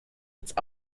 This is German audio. jetzt